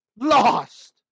Lost